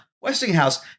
Westinghouse